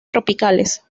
tropicales